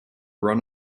run